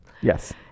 Yes